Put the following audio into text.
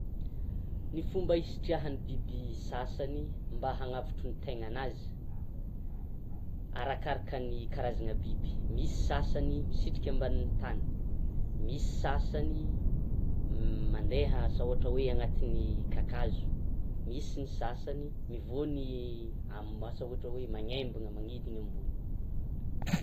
Ny fomba hisitrihan'ny biby sasany, mba hanavotro ny tegnanazy arakaraka karazana biby, misy sasany misitrika ambanin'ny tany, misy sasany mandeha asa ohatra hoe: anatin'ny kakazo, misy sasany mivôny amin'ny asa ôhatra hoe magnembana, manidina ambony.